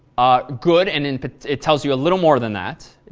ah good and and but it tells you a little more than that.